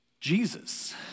Jesus